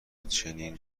چنین